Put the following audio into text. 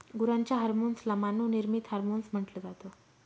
गुरांच्या हर्मोन्स ला मानव निर्मित हार्मोन्स म्हटल जात